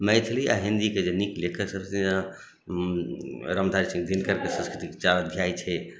मैथिली आ हिन्दीके जे नीक लेखकसभ छथिन जेना रामधारी सिंह दिनकरके संस्कृति के चार अध्याय छै